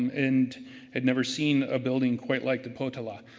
and had never seen a building quite like the potala.